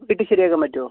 വീട്ടിൽ ശരിയാക്കാൻ പറ്റുമോ